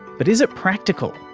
but is it practical,